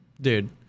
Dude